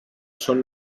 són